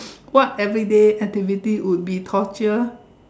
what everyday activity would be torture